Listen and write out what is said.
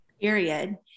Period